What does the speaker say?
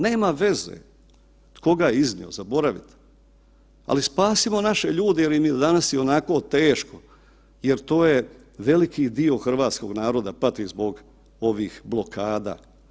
Nema veze tko ga je iznio, zaboravite, ali spasimo naše ljude jel im je danas i onako teško jer to je veliki dio hrvatskog naroda pati zbog ovih blokada.